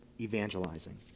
evangelizing